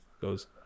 goes